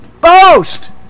boast